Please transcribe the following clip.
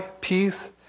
peace